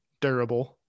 durable